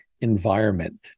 environment